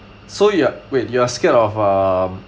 so you're wait you are scared of um